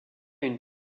une